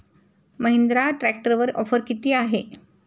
महिंद्रा ट्रॅक्टरवर ऑफर किती आहे?